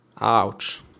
Ouch